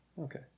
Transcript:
Okay